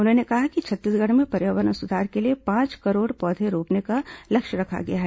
उन्होंने कहा है कि छत्तीसगढ़ में पर्यावरण सुधार के लिए पांच करोड़ पौधे रोपने का लक्ष्य रखा गया है